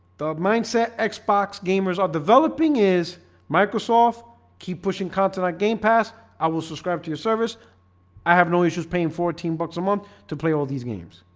the mindset xbox gamers are developing is microsoft keep pushing content on game pass. i will subscribe to your service i have no issues paying fourteen bucks a month to play all these games